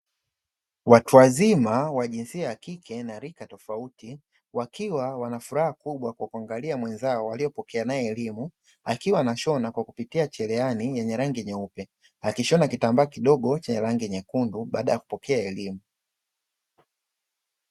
Watu wa wazima wa jinsia ya kike na rika tofauti wakiwa wana furaha kubwa kwa kuangalia mwenzao waliopokea nae elimu, akiwa anashona kwa kupitia cherehani yenye rangi nyeupe, akishona kitambaa kidogo chenye rangi nyekundu baada ya kupokea elimu.